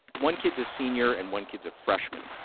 one kid is a senior, and one kid is a freshman.